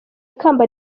ikamba